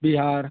Bihar